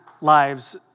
lives